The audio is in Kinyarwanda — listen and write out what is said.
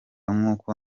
nk’uko